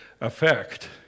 effect